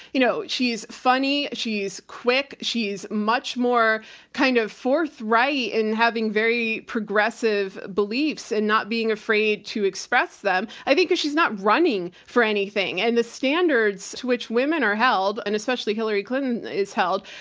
you know she's funny, she's quick, she's much more kind of forthright in having very progressive beliefs and not being afraid to express them. i think if she's not running for anything, and the standards to which women are held, and especially hillary clinton is held,